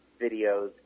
videos